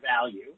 value